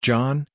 John